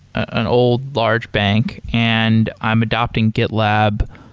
an old, large bank, and i'm adapting gitlab.